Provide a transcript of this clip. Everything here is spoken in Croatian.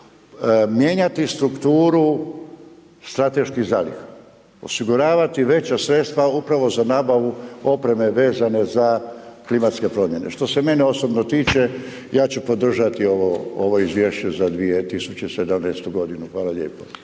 mijenjati strukturu strateških zaliha, osiguravati veća sredstva upravo za nabavu opreme vezane za klimatske promjene. Što se mene osobno tiče, ja ću podržati ovo izvješće za 2017.g. Hvala lijepo.